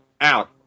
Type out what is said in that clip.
Out